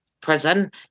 prison